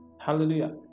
Hallelujah